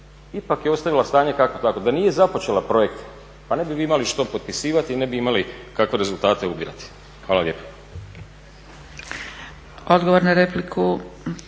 ipak je ostavila stanje kakvo takvo. Da nije započela projekt, pa ne bi vi imali što potpisivati, ne bi imali kakve rezultate ubirati. Hvala lijepo.